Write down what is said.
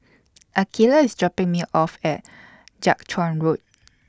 Akeelah IS dropping Me off At Jiak Chuan Road